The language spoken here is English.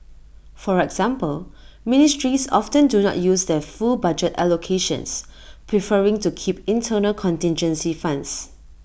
for example ministries often do not use their full budget allocations preferring to keep internal contingency funds